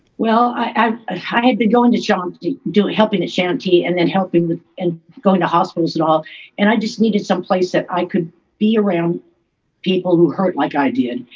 well, i ah had been going to john doing helping the shanty and then helping with and going to hospitals at all and i just needed some place that i could be around people who hurt like i did